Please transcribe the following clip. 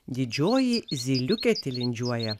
didžioji zyliuke tilindžiuoja